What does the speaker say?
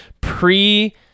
pre